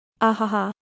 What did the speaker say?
Ahaha